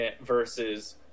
versus